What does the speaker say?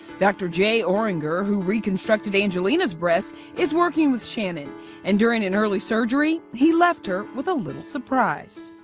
dr. jay orringer who reconstructed angelina's breasts is working with shannen and during an early surgery he left her with a little surprise.